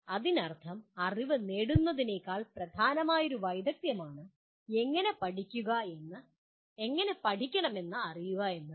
അതിനർത്ഥം അറിവ് നേടുന്നതിനേക്കാൾ പ്രധാനമായ ഒരു വൈദഗ്ധ്യമാണ് എങ്ങനെ പഠിക്കണമെന്ന് അറിയുക എന്നത്